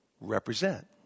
represent